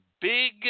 Big